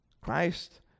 christ